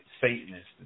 Satanist